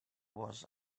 was